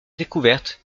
découverte